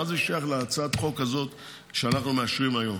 מה זה שייך להצעת החוק שאנחנו מאשרים היום?